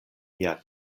mia